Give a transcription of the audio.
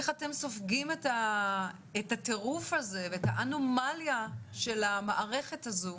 איך אתם סופגים את הטירוף הזה ואת האנומליה של המערכת הזו,